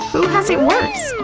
who has it worse?